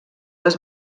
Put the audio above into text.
les